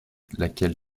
laquelle